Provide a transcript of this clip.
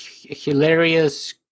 hilarious